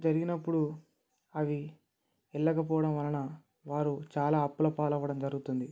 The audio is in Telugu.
జరిగినప్పుడు అవి ఏళ్ళాకపోవడం వలన వారు చాలా అప్పులపాలు అవ్వడం జరుగుతుంది